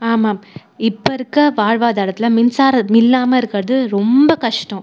ஆமாம் இப்போ இருக்க வாழ்வாதாரத்தில் மின்சாரம் இல்லாமல் இருக்கறது ரொம்ப கஷ்டம்